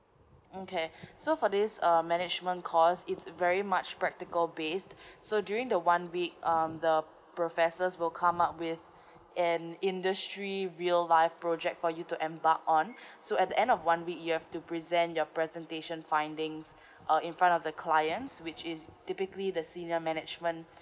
okay so for this uh management course it's a very much practical based so during the one week um the professors will come up with an industry real life project for you to embark on so at the end of one week you have to present your presentation findings uh in front of the clients which is typically the senior management